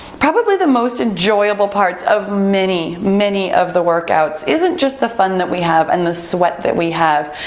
probably the most enjoyable parts of many, many of the workouts isn't just the fun that we have and the sweat that we have,